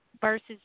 versus